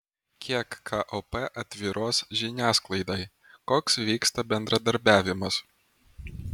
kiek kop atviros žiniasklaidai koks vyksta bendradarbiavimas